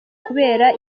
kubera